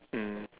mm